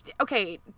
okay